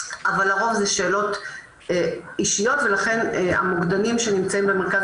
אבל לרוב אלה שאלות אישיות ולכן המוקדנים שנמצאים במרכז